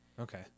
Okay